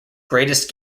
greatest